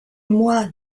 moi